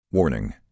Warning